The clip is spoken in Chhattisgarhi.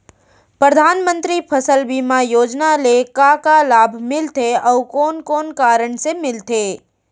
परधानमंतरी फसल बीमा योजना ले का का लाभ मिलथे अऊ कोन कोन कारण से मिलथे?